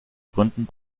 gründen